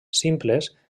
simples